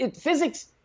Physics